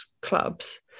clubs